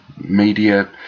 media